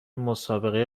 مسابقه